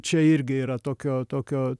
čia irgi yra tokio tokio